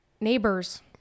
neighbors